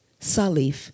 Salif